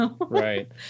Right